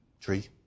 tree